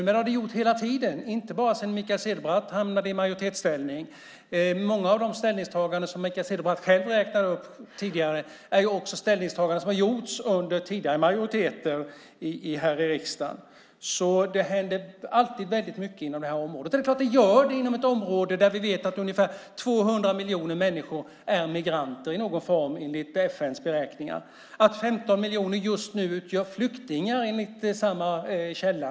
Det har det gjort hela tiden, inte bara sedan Mikael Cederbratt hamnade i majoritetsställning. Många av de ställningsstaganden som Mikael Cederbratt räknade upp tidigare är ställningstaganden som har gjorts under tidigare majoriteter i riksdagen. Det händer alltid väldigt mycket inom det här området. Det gör det därför att ungefär 200 miljoner människor är migranter i någon form, enligt FN:s beräkningar. 15 miljoner är just nu flyktingar, enligt samma källa.